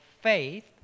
faith